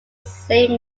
same